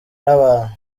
n’abantu